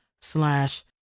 slash